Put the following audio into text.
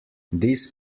this